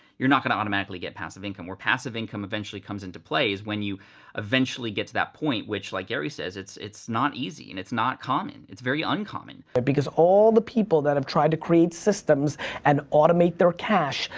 you're not gonna automatically get passive income. where passive income eventually comes into play is when you eventually get to that point which like gary says, it's it's not easy and it's not common. it's very uncommon. but because all the people that have tried to create systems and automate their cash,